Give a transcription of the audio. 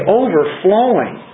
overflowing